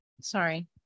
Sorry